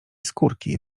skórki